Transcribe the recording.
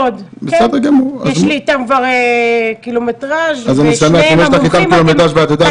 יש לי איתם קילומטראז' ושניהם מומחים.